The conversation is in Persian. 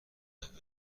عملکرد